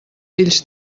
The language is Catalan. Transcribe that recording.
fills